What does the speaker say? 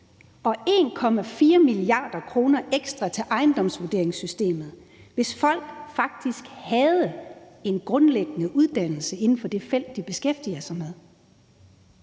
og 1,4 mia. kr. ekstra til ejendomsvurderingssystemet, hvis folk faktisk havde en grundlæggende uddannelse inden for det felt, de beskæftiger sig?